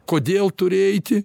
kodėl turi eiti